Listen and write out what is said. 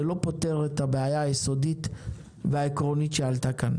זה לא פותר את הבעיה היסודית והעקרונית שעלתה כאן.